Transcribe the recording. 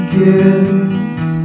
gives